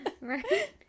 Right